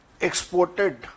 exported